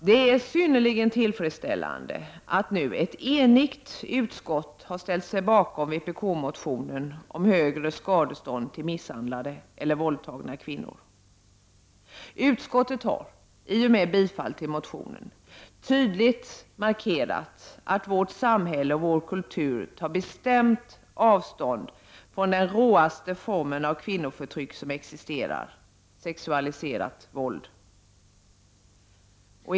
Det är synnerligen tillfredsställande att ett enigt utskott har ställt sig bakom vår motion där vi i vpk begär ett högre skadestånd till misshandlade eller våldtagna kvinnor. Utskottet har, i och med tillstyrkandet av motionen, tydligt markerat att vårt samhälle och vår kultur bestämt tar avstånd från den råaste form av kvinnoförtryck som existerar: det sexualiserade våldet.